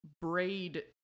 braid